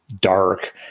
dark